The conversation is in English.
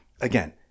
Again